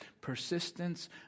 persistence